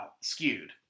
skewed